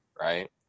right